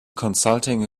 consulting